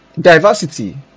diversity